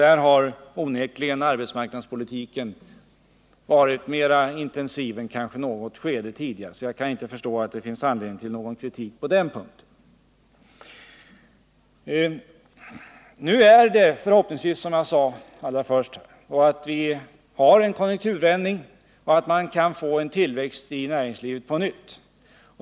Arbetsmarknadspolitiken har under dessa år varit mer intensiv än kanske under något tidigare skede. Jag kan därför inte förstå att det finns anledning till någon kritik på den punkten. Nu står vi, som jag sade tidigare, inför en konjunkturvändning, och förhoppningsvis skall vi på nytt få en tillväxt inom näringslivet.